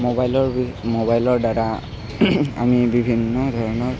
মোবাইলৰ মোবাইলৰদ্বাৰা আমি বিভিন্ন ধৰণৰ